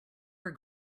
are